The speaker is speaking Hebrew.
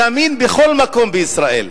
זמין בכל מקום בישראל.